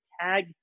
Tag